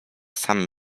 samym